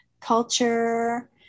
culture